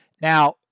Now